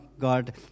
God